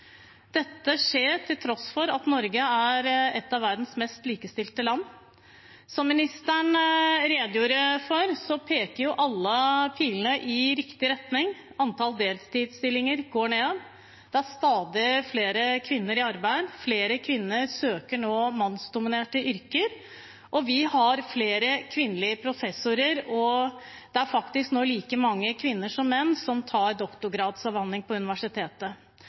Dette skjer til tross for at Norge er et av verdens mest likestilte land. Som statsråden redegjorde for, peker alle pilene i riktig retning. Antall deltidsstillinger går ned, det er stadig flere kvinner i arbeid, flere kvinner søker nå mannsdominerte yrker, og vi har flere kvinnelige professorer. Det er faktisk like mange kvinner som menn som tar doktorgradsavhandling på universitetet.